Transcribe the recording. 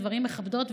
דברים מכבדים,